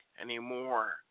anymore